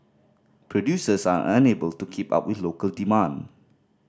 producers are unable to keep up with local demand